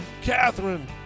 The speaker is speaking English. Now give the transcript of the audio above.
Catherine